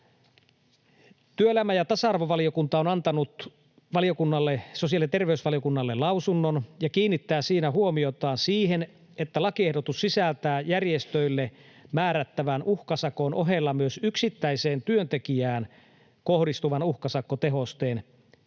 Työelämä- ja tasa-arvovaliokunta on antanut sosiaali- ja terveysvaliokunnalle lausunnon ja kiinnittää siinä huomiota siihen, että lakiehdotus sisältää järjestöille määrättävän uhkasakon ohella myös yksittäiseen työntekijään kohdistuvan uhkasakkotehosteen,